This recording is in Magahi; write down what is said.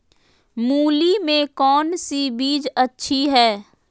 मूली में कौन सी बीज अच्छी है?